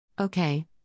Okay